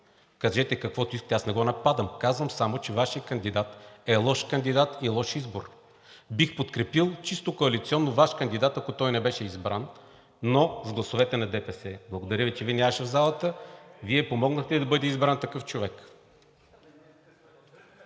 Кажете каквото искате, аз не го нападам. Казвам само, че Вашият кандидат е лош кандидат и лош избор. Бих подкрепил чисто коалиционно Ваш кандидат, ако той не беше избран. Но с гласовете на ДПС - благодаря Ви, че Ви нямаше в залата. Вие помогнахте да бъде избран такъв човек.